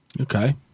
Okay